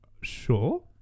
Sure